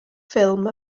ffilm